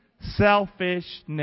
selfishness